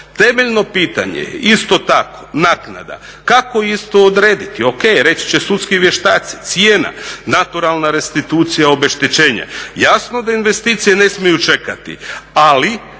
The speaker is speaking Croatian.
Temeljno pitanje je isto tako naknada kako isto odrediti? Ok, reći će sudski vještaci. Cijena, naturalna restitucija obeštećenja. Jasno da investicije ne smiju čekati ali